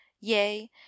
yea